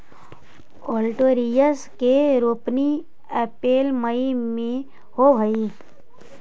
olitorius के रोपनी अप्रेल मई में होवऽ हई